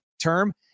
term